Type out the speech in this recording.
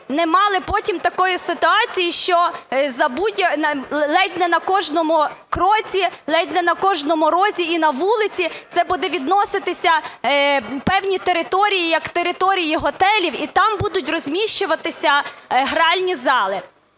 не мали потім такої ситуації, що ледь не на кожному кроці, ледь не на кожному розі і на вулиці, це будуть відноситися певні території як території готелів і там будуть розміщуватися гральні зали.